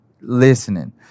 listening